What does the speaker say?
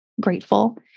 grateful